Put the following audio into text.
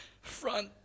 front